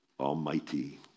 Almighty